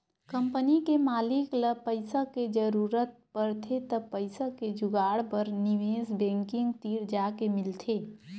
company के मालिक ल पइसा के जरूरत परथे त पइसा के जुगाड़ बर निवेस बेंकिग तीर जाके मिलथे